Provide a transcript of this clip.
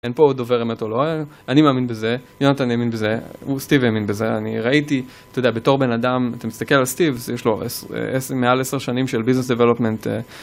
אין פה דובר אמת או לא, אני מאמין בזה, יונתן האמין בזה, סטיב האמין בזה, אני ראיתי, אתה יודע, בתור בן אדם, אתה מסתכל על סטיב, יש לו מעל עשר שנים של ביזנס דבלופמנט.